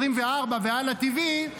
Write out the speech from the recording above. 24 והלא-TV,